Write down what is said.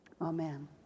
Amen